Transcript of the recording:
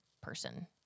person